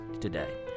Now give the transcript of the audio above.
today